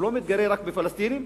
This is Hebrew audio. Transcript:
מתגרה לא רק בפלסטינים,